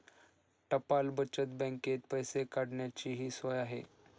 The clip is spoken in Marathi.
टपाल बचत बँकेत पैसे काढण्याचीही सोय आहे